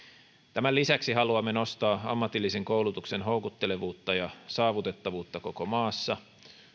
tämän lisäksi haluamme nostaa ammatillisen koulutuksen houkuttelevuutta ja saavutettavuutta koko maassa